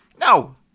No